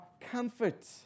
comfort